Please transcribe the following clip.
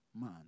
man